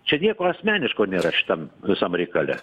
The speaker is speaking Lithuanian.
čia nieko asmeniško nėra šitam visam reikale